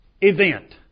event